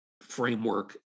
framework